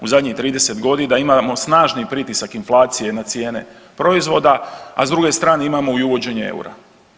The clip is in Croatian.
U zadnjih 30 godina imamo snažni pritisak inflacije na cijene proizvoda, a s druge strane imamo i uvođenje EUR-a.